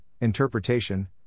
interpretation